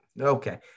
Okay